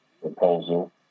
proposal